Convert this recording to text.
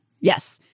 Yes